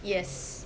yes